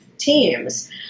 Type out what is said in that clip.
teams